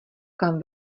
kam